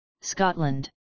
Scotland